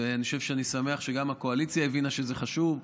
ואני שמח שגם הקואליציה הבינה שזה חשוב,